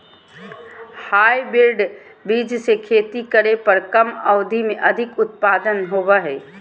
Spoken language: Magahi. हाइब्रिड बीज से खेती करे पर कम अवधि में अधिक उत्पादन होबो हइ